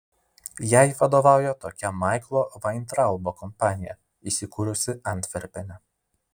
jai vadovauja tokia maiklo vaintraubo kompanija įsikūrusi antverpene